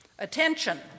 Attention